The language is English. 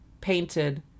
painted